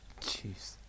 Jeez